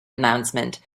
announcement